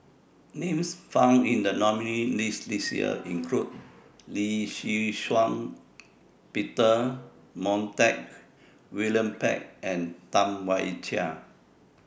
Names found in The nominees' list This Year include Lee Shih Shiong Peter Montague William Pett and Tam Wai Jia